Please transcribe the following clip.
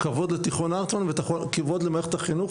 כבוד לתיכון הרטמן ולמערכת החינוך.